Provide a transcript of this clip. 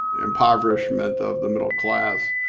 impoverishment of the middle class.